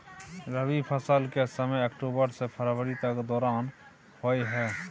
रबी फसल के समय अक्टूबर से फरवरी के दौरान होय हय